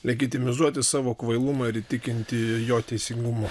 legetimizuoti savo kvailumą ir įtikinti jo teisingumu